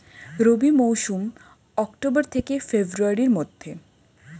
রবি মৌসুম অক্টোবর থেকে ফেব্রুয়ারির মধ্যে